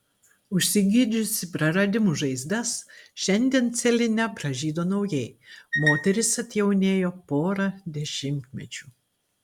užsigydžiusi praradimų žaizdas šiandien celine pražydo naujai moteris atjaunėjo pora dešimtmečių